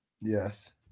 Yes